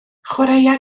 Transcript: chwaraea